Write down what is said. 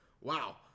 Wow